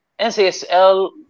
NCSL